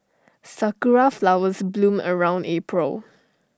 Sakura Flowers bloom around April